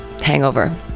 hangover